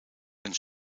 een